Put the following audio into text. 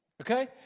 okay